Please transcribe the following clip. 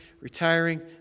retiring